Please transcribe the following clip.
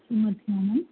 नमस्कारः